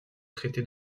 traité